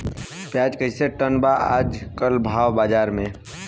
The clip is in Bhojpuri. प्याज कइसे टन बा आज कल भाव बाज़ार मे?